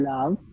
Love